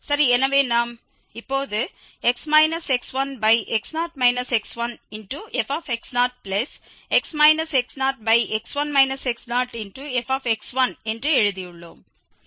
சரி எனவே நாம் இப்போது fx0f என்று எழுதியுள்ளோம்